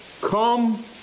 come